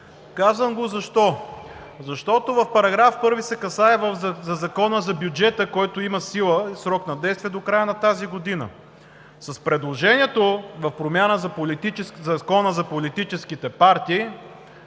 казвам? Защото § 1 касае Закона за бюджета, който има сила и срок на действие до края на тази година. С предложението за промяна на Закона за политическите партии